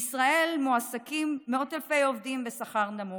בישראל מועסקים מאות אלפי עובדים בשכר נמוך.